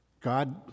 God